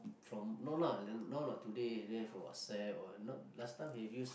from no not not today we have WhatsApp or not last time have use